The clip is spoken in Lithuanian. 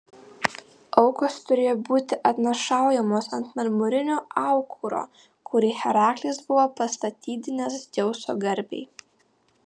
aukos turėjo būti atnašaujamos ant marmurinio aukuro kurį heraklis buvo pastatydinęs dzeuso garbei